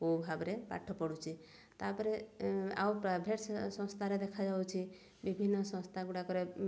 କେଉଁ ଭାବରେ ପାଠ ପଢ଼ୁଛି ତାପରେ ଆଉ ପ୍ରାଇଭେଟ ସଂସ୍ଥାରେ ଦେଖାଯାଉଛି ବିଭିନ୍ନ ସଂସ୍ଥା ଗୁଡ଼ାକରେ